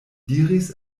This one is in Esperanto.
diris